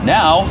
now